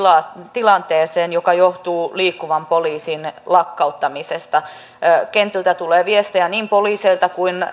tilanteeseen joka johtuu liikkuvan poliisin lakkauttamisesta kentältä tulee viestejä niin poliiseilta kuin